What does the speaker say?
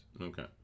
Okay